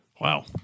wow